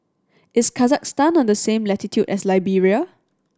is Kazakhstan on the same latitude as Liberia